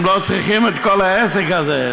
הם לא צריכים את כל העסק הזה.